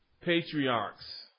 patriarchs